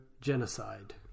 genocide